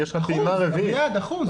אחוז אחד, אחוז.